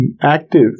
active